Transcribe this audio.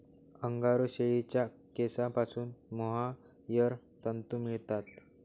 angora शेळीच्या केसांपासून mohair तंतू मिळतात